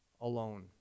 alone